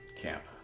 camp